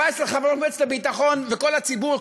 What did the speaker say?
14 חברות מועצת הביטחון וכל הציבור,